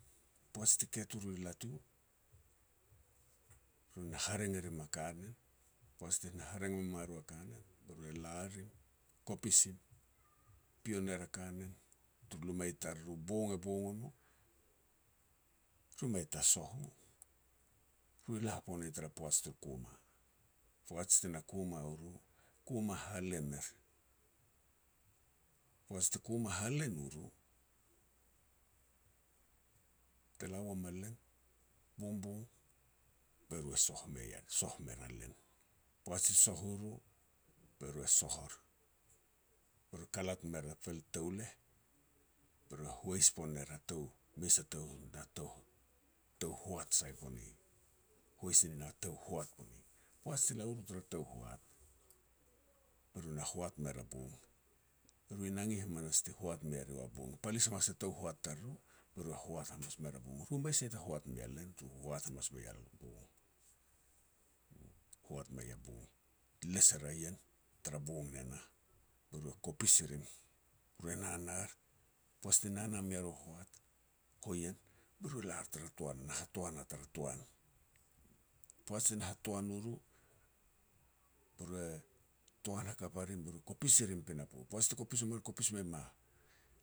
Poaj ti ket u ru i latu, ru na hareng e rim a kanen, poaj ti na hareng me ma ru a kanen be ru e la rim, kopis im, pio ner a kanen tur luma i tariru, bong e bong o no ru mei ta soh u, ru la pone tara poaj turu kuma. Poaj ti na kuma u ru, kuma halen er. Poaj ti kuma halen u ru, te la uam a len, bongbong be ru e soh mer-soh mer a len. Poaj ti soh u ru be ru e soh or be ru kalat mer a pil touleh, be ru e hois pon ner a tou, mes a tou na tou-tou hoat sai pone, hois i nin a tou hoat pone. Poaj ti la u ru tara tou hoat, be ru na hoat mer a bong. E ru i nange hamanas ti hoat mea ru a bong, palis hamas a tou hoat tariru, be ru hoat hamas mer a bong, ru mei sai ta hoat mea len, ru hoat hamas mei a bong. Hoat mei a bong, les er a ien tara bong ne nah, be ru e kopis i rim be ru e nanar. Poaj ti nana mea ru a hoat, hoien, be ru e lar tara toan, na hatoan a tara toan. Poaj ti na hatoan u ru, be ru e toan hakap a rim, be ru e kopis i rim i pinapo. Poaj ti kopis wam a ru, kopis mem a